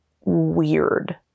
weird